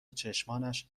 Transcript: چشمانش